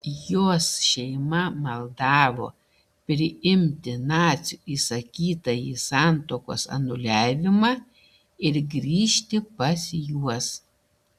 jos šeima maldavo priimti nacių įsakytąjį santuokos anuliavimą ir grįžti pas juos